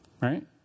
Right